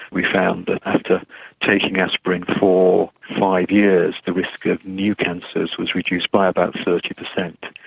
we found that after taking aspirin for five years the risk of new cancers was reduced by about thirty percent,